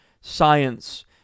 science